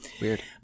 Weird